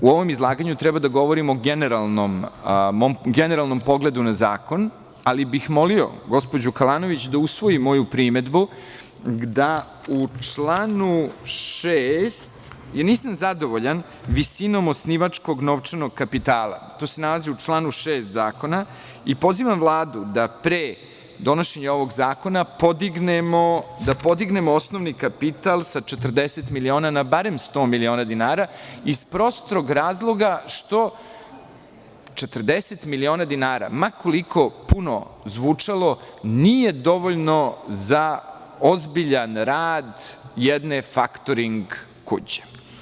U ovom izlaganju treba da govorimo o generalnom pogledu na zakon, ali bih molio gospođu Kalanović da usvoji moju primedbu, da u članu 6. jer nisam zadovoljan visinom osnivačkog novčanog kapitala, i pozivam Vladu da pre donošenja ovog zakona podignemo osnovni kapital sa 40 miliona na barem 100 miliona dinara iz prostog razloga što 40 miliona dinara ma koliko puno zvučalo nije dovoljno za ozbiljan rad jedne faktoring kuće.